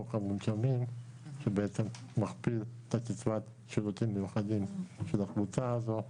חוק שבעצם מכפיל את קצבת שירותים מיוחדים של הקבוצה הזאת.